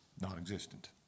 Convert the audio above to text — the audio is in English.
non-existent